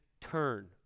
turn